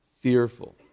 fearful